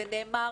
זה נאמר